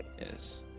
Yes